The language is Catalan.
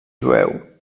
jueu